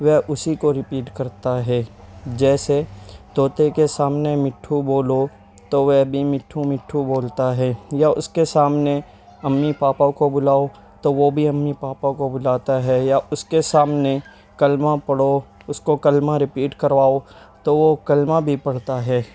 وہ اسی کو ریپیٹ کرتا ہے جیسے طوطے کے سامنے مٹھو بولو تو وہ بھی مٹھو مٹھو بولتا ہے یا اس کے سامنے امی پاپا کو بلاؤ تو وہ بھی امی پاپا کو بلاتا ہے یا اس کے سامنے کلمہ پڑھو اس کو کلمہ ریپیٹ کرواؤ تو وہ کلمہ بھی پڑھتا ہے